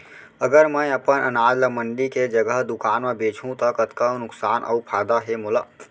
अगर मैं अपन अनाज ला मंडी के जगह दुकान म बेचहूँ त कतका नुकसान अऊ फायदा हे मोला?